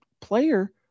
player